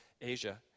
Asia